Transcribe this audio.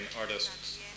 artists